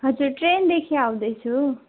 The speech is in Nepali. हजुर ट्रेनदेखि आउँदैछु